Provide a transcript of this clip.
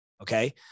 okay